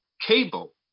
cable